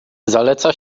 zaleca